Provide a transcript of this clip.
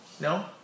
No